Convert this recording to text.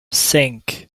cinq